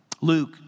Luke